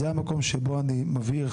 זה המקום שבו אני מבהיר,